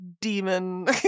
demon